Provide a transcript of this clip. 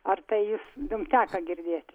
ar tai jis jum teko girdėti